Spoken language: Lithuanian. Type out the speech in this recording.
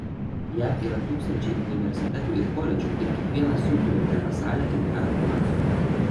jav yra tūkstančiai universitetų ir koledžų ir kiekvienas jų turi gerą salę ir gerą komandą